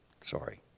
Sorry